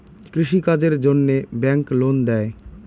কৃষি কাজের জন্যে ব্যাংক লোন দেয়?